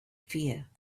fear